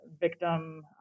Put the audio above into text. victim